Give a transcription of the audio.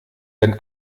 wenn